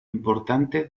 importante